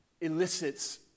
elicits